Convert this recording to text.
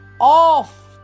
off